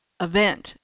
event